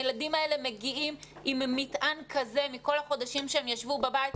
הילדים האלה מגיעים עם מטען כזה מכל החודשים שהם ישבו בבית.